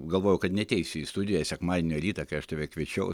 galvojau kad neateisi į studiją sekmadienio rytą kai aš tave kviečiau